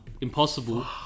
impossible